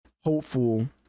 hopeful